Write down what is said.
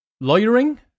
lawyering